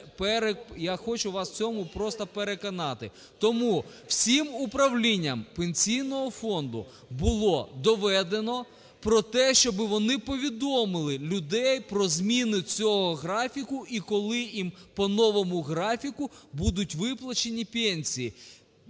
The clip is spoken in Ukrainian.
я хочу вас в цьому просто переконати. Тому всім управлінням Пенсійного фонду було доведено про те, щоби вони повідомили людей про зміни цього графіку, і коли їм по новому графіку будуть виплачені пенсії.